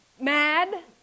mad